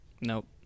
Nope